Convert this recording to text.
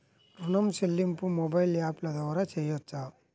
ఋణం చెల్లింపు మొబైల్ యాప్ల ద్వార చేయవచ్చా?